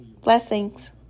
Blessings